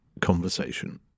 conversation